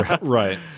Right